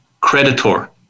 creditor